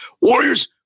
Warriors